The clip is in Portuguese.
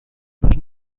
mas